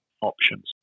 options